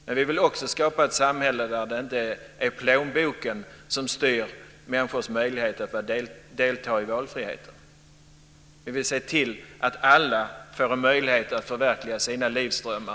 Men vi vill också skapa ett samhälle där det inte är plånboken som styr människors möjligheter att ta del av valfriheten. Vi vill se till att alla får möjlighet att förverkliga sina livsdrömmar.